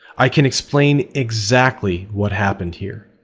i can explain exactly what happened here.